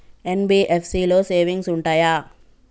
NBFC లో savings ఉంటయా?